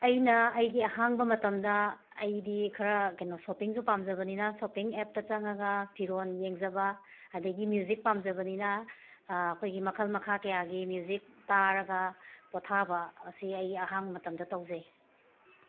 ꯑꯩꯅ ꯑꯩꯒꯤ ꯑꯍꯥꯡꯕ ꯃꯇꯝꯗ ꯑꯩꯗꯤ ꯈꯔ ꯀꯩꯅꯣ ꯁꯣꯞꯄꯤꯡꯁꯨ ꯄꯥꯝꯖꯕꯅꯤꯅ ꯁꯣꯞꯄꯤꯡ ꯑꯦꯞꯇ ꯆꯪꯉꯒ ꯐꯤꯔꯣꯟ ꯌꯦꯡꯖꯕ ꯑꯗꯒꯤ ꯃ꯭ꯌꯨꯖꯤꯛ ꯄꯥꯝꯖꯕꯅꯤꯅ ꯑꯩꯈꯣꯏꯒꯤ ꯃꯈꯜ ꯃꯈꯥ ꯀꯌꯥꯒꯤ ꯃ꯭ꯌꯨꯖꯤꯛ ꯇꯥꯔꯒ ꯄꯣꯊꯥꯕ ꯑꯁꯤ ꯑꯩꯒ ꯑꯍꯥꯡꯕ ꯃꯇꯝꯗ ꯇꯧꯖꯩ